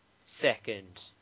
second